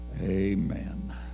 Amen